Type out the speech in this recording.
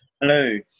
Hello